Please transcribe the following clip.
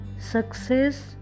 success